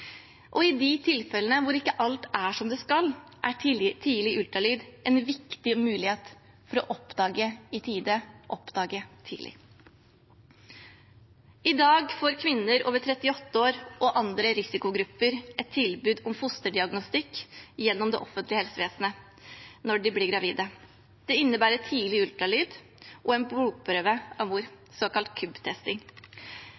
Og i de tilfellene hvor ikke alt er som det skal, er tidlig ultralyd en viktig mulighet for å oppdage i tide, oppdage tidlig. I dag får kvinner over 38 år og andre risikogrupper et tilbud om fosterdiagnostikk gjennom det offentlige helsevesenet når de blir gravide. Det innebærer tidlig ultralyd og